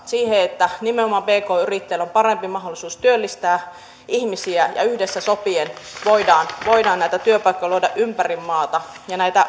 siihen että nimenomaan pk yrittäjillä on parempi mahdollisuus työllistää ihmisiä yhdessä sopien voidaan voidaan näitä työpaikkoja luoda ympäri maata ja näitä